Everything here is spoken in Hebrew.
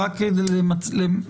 גם העברות וגם עמלות פקיד,